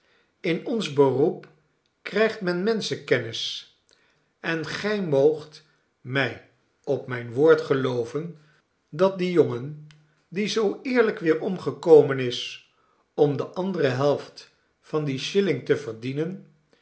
in ons beroep krijgt men menschenkennis en gij moogt mij op mijn woord gelooven dat die jongen die zoo eerlijk weerom gekomen is om de andere helft van die schelling te verdienen